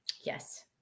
Yes